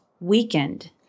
weakened